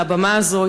מהבמה הזאת,